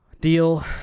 deal